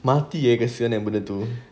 mati kesian benda tu